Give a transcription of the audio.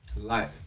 Light